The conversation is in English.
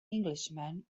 englishman